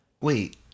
Wait